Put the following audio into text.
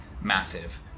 massive